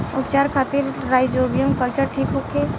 उपचार खातिर rhizobium culture ठीक होखे?